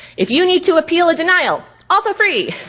if you need to appeal a denial, also free.